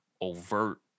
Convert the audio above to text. overt